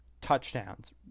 Touchdowns